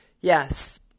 yes